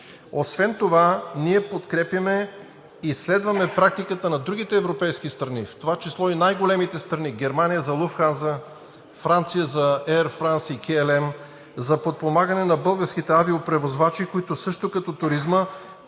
Освен това ние подкрепяме и следваме практиката на другите европейски страни. В това число и най-големите страни – Германия за Lufthansa, Франция за Аir France-KLM , за подпомагане на българските авиопревозвачи, които също като туризма